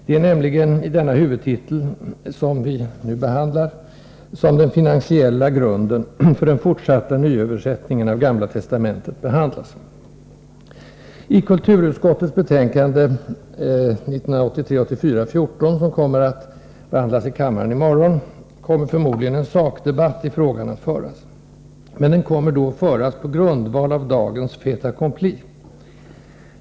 Det är nämligen under den huvudtitel, som vi nu behandlar, som den finansiella grunden för den fortsatta nyöversättningen av Gamla Testamentet återfinns. I kulturutskottets betänkande 1983/84:14, som kommer att behandlas i kammaren i morgon, kommer förmodligen en sakdebatt i frågan att föras. Men den kommer då att föras på grundval av dagens fait accompli.